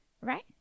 right